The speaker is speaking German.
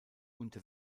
unter